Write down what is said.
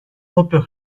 doppio